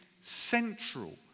central